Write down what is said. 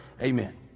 Amen